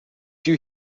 you